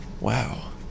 Wow